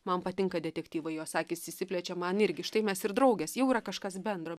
man patinka detektyvai jos akys išsiplečia man irgi štai mes ir draugės jau yra kažkas bendro